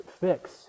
fix